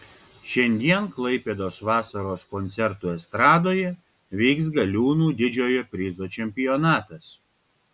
šiandien klaipėdos vasaros koncertų estradoje vyks galiūnų didžiojo prizo čempionatas